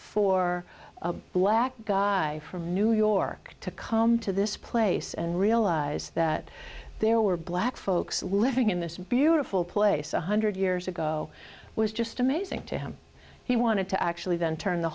for a black guy from new york to come to this place and realize that there were black folks living in this beautiful place one hundred years ago was just amazing to him he wanted to actually then turn the